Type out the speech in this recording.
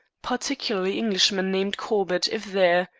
particularly englishman named corbett, if there.